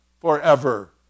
forever